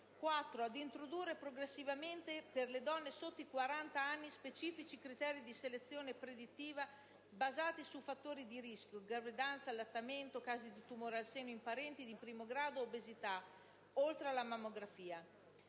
di introdurre progressivamente per le donne sotto i 40 anni specifici criteri di selezione predittiva basati sui fattori di rischio (gravidanze, allattamento, casi di tumore al seno in parenti di primo grado, obesità), oltre alla mammografia;